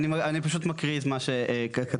אני פשוט מקריא את מה שכתבנו.